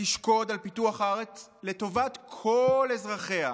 תשקוד על פיתוח הארץ לטובת כל אזרחיה.